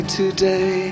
today